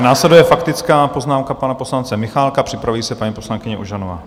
Následuje faktická poznámka pana poslance Michálka, připraví se paní poslankyně Ožanová.